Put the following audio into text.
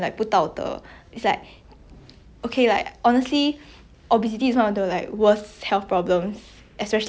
especially in our generation not not maybe not in our country but you see overseas like 在美国 you know like obesity is number one cause of death